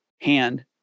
hand